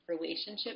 relationship